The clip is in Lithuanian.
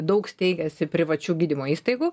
daug steigiasi privačių gydymo įstaigų